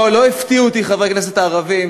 לא הפתיעו אותי חברי הכנסת הערבים,